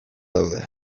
daude